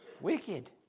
Wicked